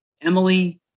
Emily